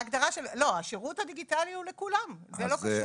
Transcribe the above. לא, השירות הדיגיטלי הוא לכולם, זה לא קשור.